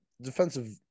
defensive